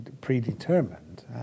predetermined